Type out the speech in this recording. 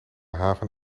haven